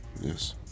Yes